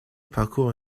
parcourt